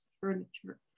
furniture